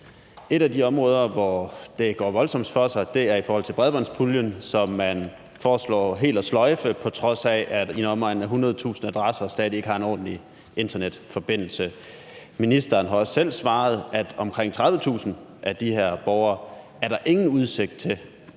Et af de områder, hvor det går voldsomst for sig, er i forhold til bredbåndspuljen, som man foreslår helt at sløjfe, på trods af at i omegnen af 100.000 adresser stadig ikke har en ordentlig internetforbindelse. Ministeren har også selv svaret, at der med de midler, vi kender i dag, ingen udsigt er